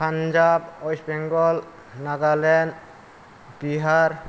Punjab West Bengal Nagaland Bihar